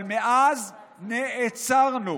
אבל מאז נעצרנו.